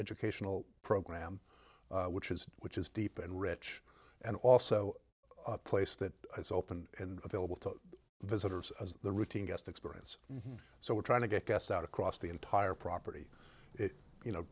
educational program which is which is deep and rich and also a place that is open and available to visitors as the routine guest experience so we're trying to get gas out across the entire property you know